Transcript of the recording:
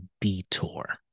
detour